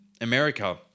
America